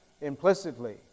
implicitly